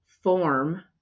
form